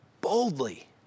boldly